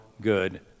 good